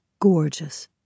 gorgeous